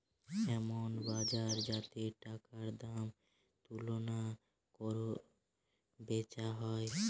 এমন বাজার যাতে টাকার দাম তুলনা কোরে বেচা হয়